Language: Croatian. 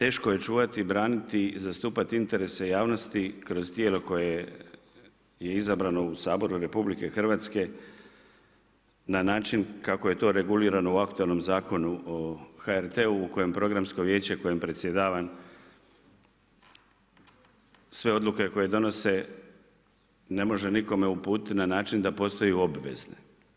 Jedna od njih je teško je čuvati i braniti i zastupati interese javnosti kroz tijelo koje je izabrano u Saboru RH na način kako je to regulirano u aktualnom Zakonu o HRT-u u kojem Programsko vijeće kojem predsjedavam sve odluke koje donose ne može nikome uputiti na način da postanu obvezne.